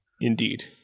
Indeed